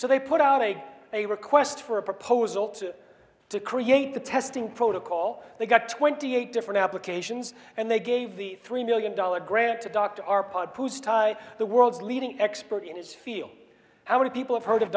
so they put out a a request for a proposal to to create the testing protocol they got twenty eight different applications and they gave the three million dollars grant to dr r pod posed the world's leading expert in his field how many people have heard of